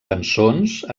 cançons